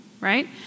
right